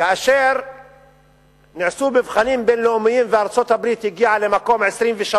כאשר נעשו מבחנים בין-לאומיים וארצות-הברית הגיעה למקום 23